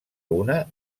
una